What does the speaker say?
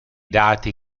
dati